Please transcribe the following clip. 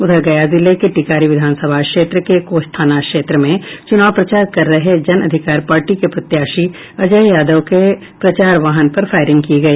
उधर गया जिले के टिकारी विधानसभा क्षेत्र के कोच थाना क्षेत्र में चुनाव प्रचार कर रहे जन अधिकार पार्टी के प्रत्याशी अजय यादव के प्रचार वाहन पर फायरिंग की गई